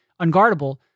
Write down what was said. unguardable